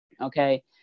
okay